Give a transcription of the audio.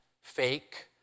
fake